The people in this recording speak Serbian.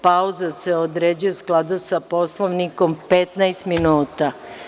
Pauza se određuje u skladu sa Poslovnikom 15 minuta.